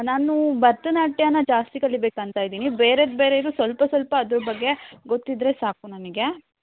ನಾನು ಭರತನಾಟ್ಯನ ಜಾಸ್ತಿ ಕಲಿಯಬೇಕಂತ ಇದ್ದೀನಿ ಬೇರೆ ಬೇರೆಯೂ ಸ್ವಲ್ಪ ಸ್ವಲ್ಪ ಅದರ ಬಗ್ಗೆ ಗೊತ್ತಿದ್ದರೆ ಸಾಕು ನನಗೆ